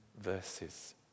verses